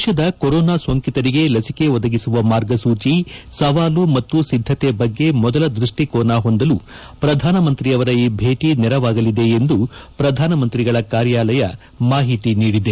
ದೇಶದ ಕೊರೋನಾ ಸೋಂಕಿತರಿಗೆ ಲಸಿಕೆ ಒದಗಿಸುವ ಮಾರ್ಗಸೂಚಿ ಸವಾಲು ಮತ್ತು ಸಿದ್ದತೆ ಬಗ್ಗೆ ಮೊದಲ ದೃಷ್ಷಿಕೋನ ಹೊಂದಲು ಪ್ರಧಾನಮಂತ್ರಿ ಅವರ ಈ ಭೇಟ ನೆರವಾಗಲಿದೆ ಎಂದು ಪ್ರಧಾನಮಂತ್ರಿಗಳ ಕಾರ್ಯಾಲಯ ಮಾಹಿತಿ ನೀಡಿದೆ